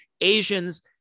Asians